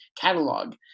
catalog